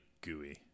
gooey